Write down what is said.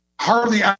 hardly